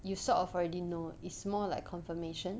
you sort of already know it's more like confirmation